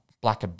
Black